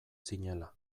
zinela